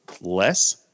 less